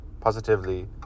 positively